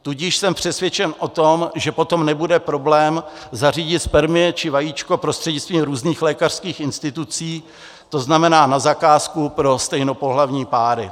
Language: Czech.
Tudíž jsem přesvědčen o tom, že potom nebude problém zařídit spermie či vajíčko prostřednictvím různých lékařských institucí, to znamená na zakázku, pro stejnopohlavní páry.